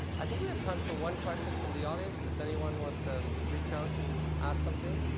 i think we have time for one question from the audience if anyone wants to reach out and ask something.